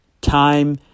time